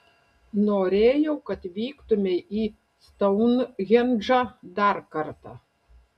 norėjau kad vyktumei į stounhendžą dar kartą